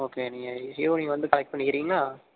okay நீங்கள் evening வந்து collect பண்ணிக்கிறிங்களா